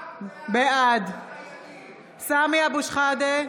בעד סמי אבו שחאדה,